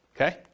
okay